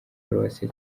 paruwasi